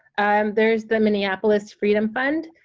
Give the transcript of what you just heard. um there's the minneapolis freedom fund,